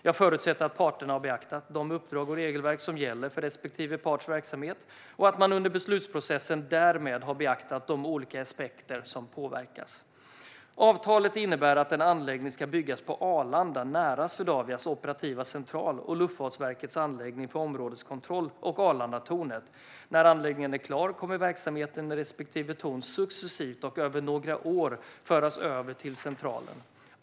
Jag förutsätter att parterna har beaktat de uppdrag och regelverk som gäller för respektive parts verksamhet och att man under beslutsprocessen därmed har beaktat de olika aspekter som påverkas. Avtalet innebär att en anläggning ska byggas på Arlanda nära Swedavias operativa central och Luftfartsverkets anläggning för områdeskontroll och Arlandatornet. När anläggningen är klar kommer verksamheten i respektive torn successivt och över några år att föras över till centralen.